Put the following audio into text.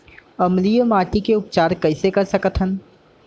अम्लीय माटी के उपचार कइसे कर सकत हन?